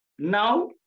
Now